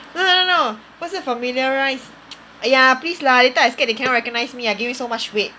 no no no 不是 familiarise !aiya! please lah later I scared they cannot recognise me I gain wei~ so much weight